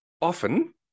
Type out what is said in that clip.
often